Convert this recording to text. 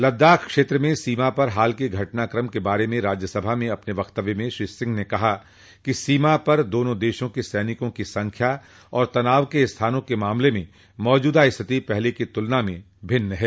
लद्दाख क्षेत्र में सीमा पर हाल के घटनाक्रम के बारे में राज्यसभा में अपने वक्तव्य में श्री सिंह ने कहा कि सीमा पर दोना देशों के सैनिकों की संख्या और तनाव के स्थानों के मामले में मौजूदा स्थिति पहले की तुलना में भिन्न है